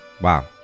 wow